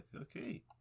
okay